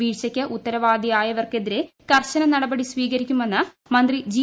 വീഴ്ചക്ക് ഉത്തർവാദിയായവർക്കെതിരെ കർശന നടപടി സ്വീകരിക്കുമെന്ന് മ്യന്തി ജി